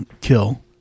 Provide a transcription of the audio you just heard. kill